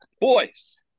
Boys